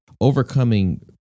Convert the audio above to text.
overcoming